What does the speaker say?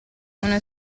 una